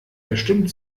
verstimmt